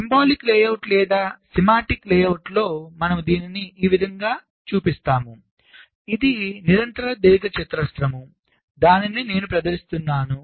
symbolic layout లేదా schematic లేఅవుట్లో మనము దీనిని ఈ విధముగా చూపిస్తాము ఇది నిరంతర దీర్ఘచతురస్రం దానినే నేను ప్రదర్శిస్తున్నాను